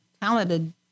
talented